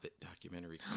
documentary